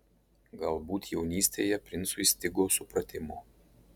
galbūt jaunystėje princui stigo supratimo